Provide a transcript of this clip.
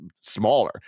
smaller